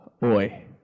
boy